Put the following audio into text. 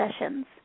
sessions